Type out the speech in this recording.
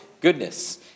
goodness